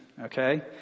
okay